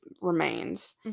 remains